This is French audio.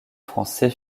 français